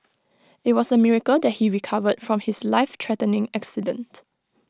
IT was A miracle that he recovered from his life threatening accident